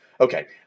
okay